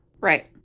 Right